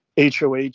HOH